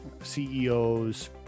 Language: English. CEOs